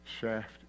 shaft